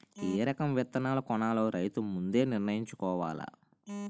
ఏ రకం విత్తనాలు కొనాలో రైతు ముందే నిర్ణయించుకోవాల